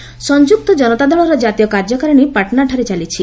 କେଡିୟୁ meet ସଂଯୁକ୍ତ ଜନତା ଦଳର ଜାତୀୟ କାର୍ଯ୍ୟକାରିଣୀ ପାଟନାଠାରେ ଚାଲିଛି